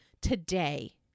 today